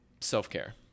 self-care